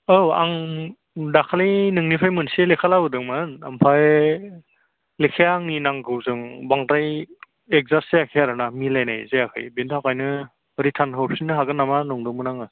औ आं दाखालि नोंनिफ्राय मोनसे लेखा लाबोदोंमोन आमफ्राय लेखाया आंनि नांगौजों बांद्राय एडजास्ट जायाखै आरो ना मिलायनाय जायाखै बेनि थाखायनो रिटार्न हरफिननो हागोन नामा नंदोंमोन आङो